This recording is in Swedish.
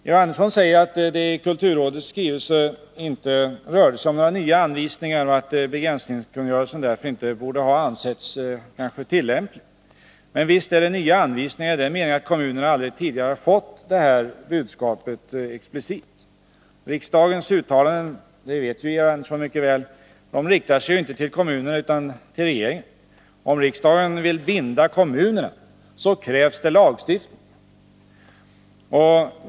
Georg Andersson säger att kulturrådets skrivelse inte gällde några nya anvisningar, och att begränsningskungörelsen därför inte borde ha ansetts tillämplig. Men visst är det nya anvisningar, i den meningen att kommunerna aldrig tidigare har fått det här budskapet explicit. Georg Andersson vet mycket väl att riksdagens uttalanden inte riktar sig till kommunerna, utan till regeringen. Om riksdagen vill binda kommunerna krävs det lagstiftning.